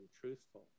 truthful